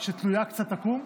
שתלויה קצת עקום?